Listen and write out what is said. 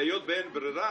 למודיעין של המשטרה,